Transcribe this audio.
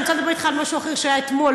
אני רוצה לדבר אתך על משהו אחר שהיה אתמול,